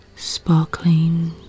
Sparkling